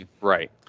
Right